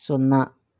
సున్నా